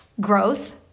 growth